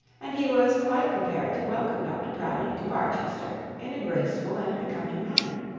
and he was quite prepared to welcome dr proudie to barchester in a graceful and becoming manner.